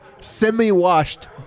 semi-washed